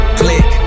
click